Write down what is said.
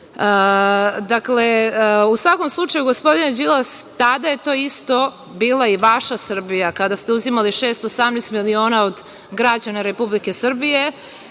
broju. Dakle, u svakom slučaju gospodine Đilas tada je to isto bila i vaša Srbija kada ste uzimali 618 miliona od građana Republike Srbije.